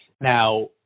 Now